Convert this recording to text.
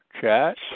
chat